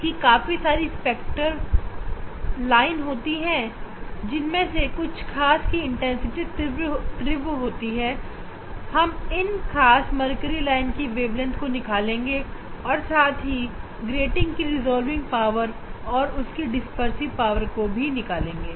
इसकी काफी सारी स्पेक्ट्रेल लाइन होती हैं जिनमें से कुछ खास की इंटेंसिटी तीव्र होती है हम इन खास मर्करी लाइन की वेवलेंथ को निकालेंगे और साथ ही ग्रेटिंग की रिजॉल्विंग पावर और उसकी डिस्पर्सिव पावर को भी निकालेंगे